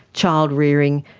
childrearing,